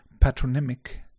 patronymic